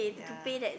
yea